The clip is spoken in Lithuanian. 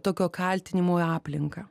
tokio kaltinimo į aplinką